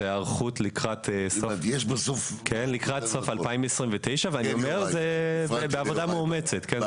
ההיערכות היא לקראת סוף 2029, וזה בעבודה מאומצת.